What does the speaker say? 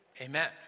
Amen